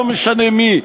לא משנה מי,